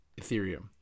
Ethereum